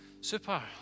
super